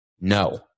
No